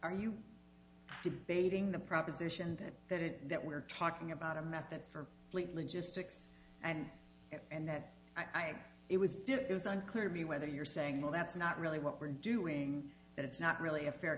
are you debating the proposition that that it that we're talking about a method for plate logistics and and that i had it was did it was unclear to be whether you're saying well that's not really what we're doing that it's not really a fair